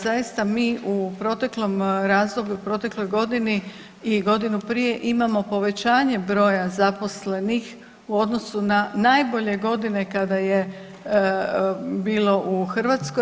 Zaista mi u proteklom razdoblju, u protekloj godini i godinu prije imamo povećanje broja zaposlenih u odnosu na najbolje godine kada je bilo u Hrvatskoj.